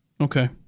okay